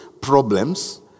problems